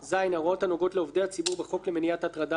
ההוראות הנוגעות לעובדי הציבור בחוק למניעת הטרדה מינית,